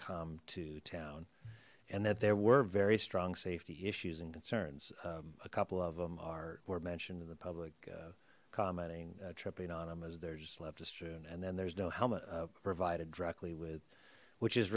come to town and that there were very strong safety issues and concerns a couple of them are were mentioned in the public commenting tripping on them as they're just left to strewn and then there's no helmet provided directly with which is